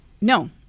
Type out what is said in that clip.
No